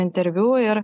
interviu ir